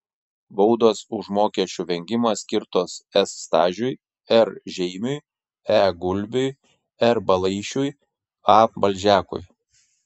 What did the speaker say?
baudos už mokesčių vengimą skirtos s stažiui r žeimiui e gulbiui r balaišiui a balžekui